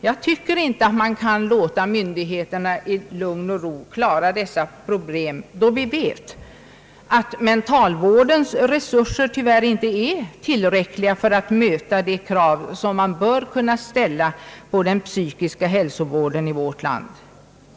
Jag tycker inte man kan låta myndigheterna i lugn och ro klara detta problem, då vi vet att mentalvårdens resurser tyvärr är otillräckliga för att möta de krav som man bör kunna ställa på den psykiska hälsovården i vårt land.